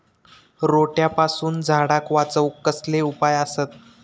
रोट्यापासून झाडाक वाचौक कसले उपाय आसत?